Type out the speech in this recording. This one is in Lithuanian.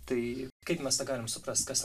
tai kaip mes tai galim suprast kas